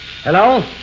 Hello